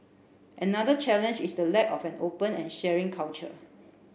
another challenge is the lack of an open and sharing culture